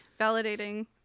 validating